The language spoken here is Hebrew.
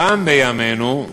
גם בימינו,